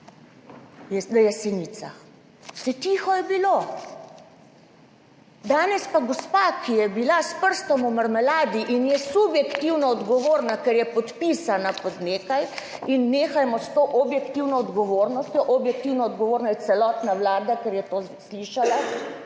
na Jesenicah. Vse tiho je bilo. Danes pa gospa, ki je bila s prstom v marmeladi in je subjektivno odgovorna, ker je podpisana pod nekaj in nehajmo s to objektivno odgovornostjo. Objektivno odgovorna je celotna Vlada, ker je to slišala